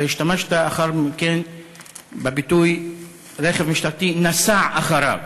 והשתמשת לאחר מכן בביטוי: רכב משטרתי נסע אחריו,